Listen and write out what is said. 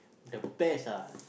the best ah